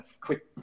quick